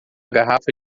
garrafa